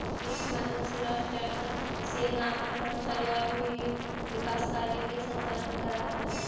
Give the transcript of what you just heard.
वित्त के माध्यम से राष्ट्र अपन सेना अपन कर्मचारी आउ विभिन्न विकास कार्य के संचालन करऽ हइ